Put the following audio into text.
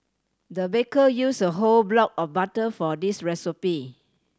the baker used a whole block of butter for this recipe